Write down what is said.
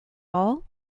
all